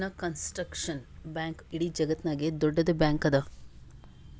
China construction bank ಇಡೀ ಜಗತ್ತನಾಗೆ ದೊಡ್ಡುದ್ ಬ್ಯಾಂಕ್ ಅದಾ